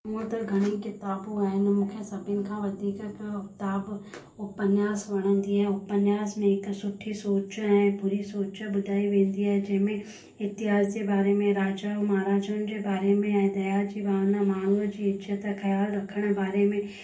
हुंअ त घणी किताबूं आहिनि मूंखे सभिनि खां वधीक किताबु उपन्यास वणंदी आहे उपन्यास में हिकु सुठी सोच ऐं बुरी सोच ॿुधाई वेंदी आहे जंहिंमें इतिहास जे बारे में राजा महाराजाउनि जे बारे में ऐं दया जी भावना माण्हूअ जी इज़त ख़्यालु रखण बारे में